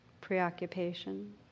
Preoccupation